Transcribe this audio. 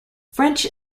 french